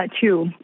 Two